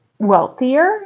Wealthier